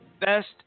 best